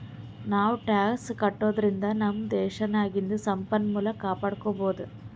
ನಾವೂ ಟ್ಯಾಕ್ಸ್ ಕಟ್ಟದುರ್ಲಿಂದ್ ನಮ್ ದೇಶ್ ನಾಗಿಂದು ಸಂಪನ್ಮೂಲ ಕಾಪಡ್ಕೊಬೋದ್